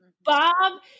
Bob